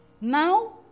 Now